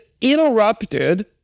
interrupted